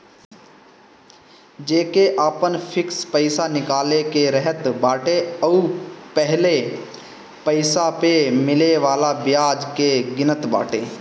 जेके आपन फिक्स पईसा निकाले के रहत बाटे उ पहिले पईसा पअ मिले वाला बियाज के गिनत बाटे